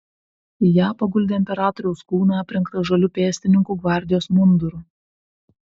į ją paguldė imperatoriaus kūną aprengtą žaliu pėstininkų gvardijos munduru